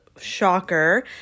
shocker